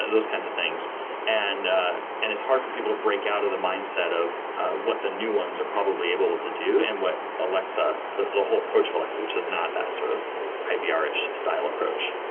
those kinds of things and ah and it's hard for people to break out of the mindset of what the new ones are probably able to do and what alexa, the whole approach of alexa, which is not that sort of ivr-ish style approach.